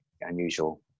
unusual